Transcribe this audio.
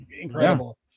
incredible